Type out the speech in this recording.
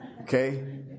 Okay